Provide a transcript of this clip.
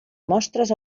mostres